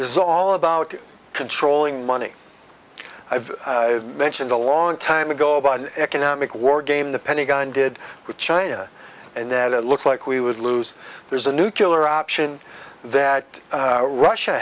this is all about controlling money i've mentioned a long time ago about an economic war game the pentagon did with china and that it looks like we would lose there's a new killer option that russia